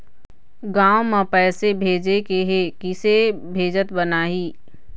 गांव म पैसे भेजेके हे, किसे भेजत बनाहि?